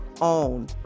own